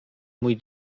mój